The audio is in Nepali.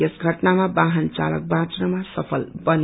यस षअनामा बाहन चालक बाँच्नमा सफल बने